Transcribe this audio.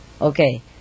Okay